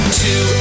two